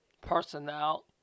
personnel